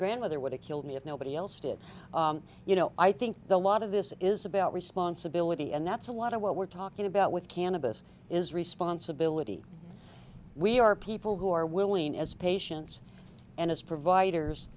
grandmother would have killed me if nobody else did you know i think the lot of this is about responsibility and that's a lot of what we're talking about with cannabis is responsibility we are people who are willing as patients and as providers